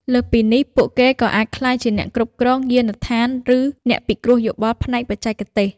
លើសពីនេះ ពួកគេក៏អាចក្លាយជាអ្នកគ្រប់គ្រងយានដ្ឋានឬអ្នកពិគ្រោះយោបល់ផ្នែកបច្ចេកទេស។